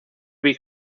big